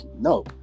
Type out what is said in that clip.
no